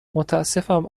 متاسفم